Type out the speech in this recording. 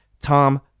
Tom